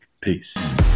Peace